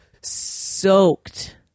soaked